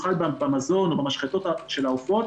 בעיקר במזון או במשחטות של העופות